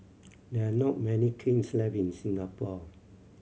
there are not many kilns left in Singapore